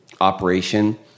operation